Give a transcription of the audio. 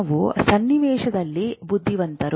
ನಾವು ಸನ್ನಿವೇಶದಲ್ಲಿ ಬುದ್ಧಿವಂತರು